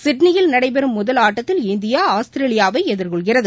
சிட்னியில் நடைபெறும் முதல் ஆட்டத்தில் இந்தியா ஆஸ்திரேலியாவை எதிர்கொள்கிறது